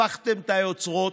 הפכתם את היוצרות,